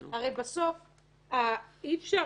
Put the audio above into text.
הרי בסוף, אי אפשר.